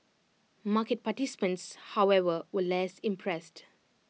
market participants however were less impressed